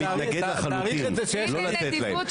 אני מתנגד לחלוטין, לא לתת להם.